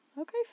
Okay